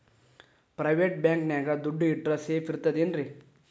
Private bank ನ್ಯಾಗ್ ದುಡ್ಡ ಇಟ್ರ ಸೇಫ್ ಇರ್ತದೇನ್ರಿ?